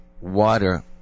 water